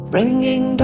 Bringing